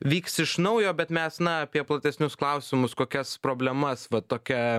vyks iš naujo bet mes na apie platesnius klausimus kokias problemas va tokia